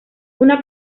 una